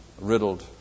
riddled